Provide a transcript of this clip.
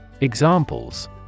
Examples